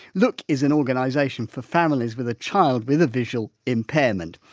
look is an organisation for families with a child with a visual impairment.